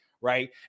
right